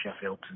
Sheffield